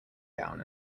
gown